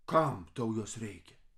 kam tau jos reikia